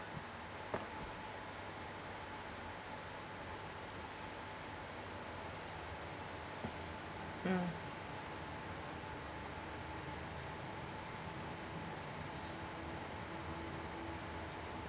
mm